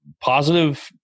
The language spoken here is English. Positive